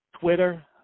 Twitter